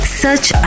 search